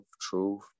truth